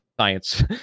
science